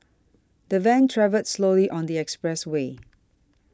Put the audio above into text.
the van travelled slowly on the expressway